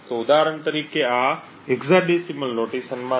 તો ઉદાહરણ તરીકે આ હેક્સાડેસિમલ નોટેશનમાં છે